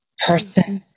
Person